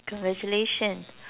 congratulation